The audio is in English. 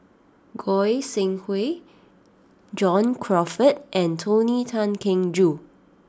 Goi Seng Hui John Crawfurd and Tony Tan Keng Joo